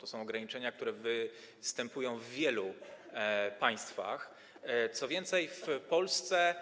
To są ograniczenia, które występują w wielu państwach, co więcej, w Polsce